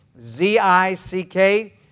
Z-I-C-K